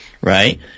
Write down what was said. Right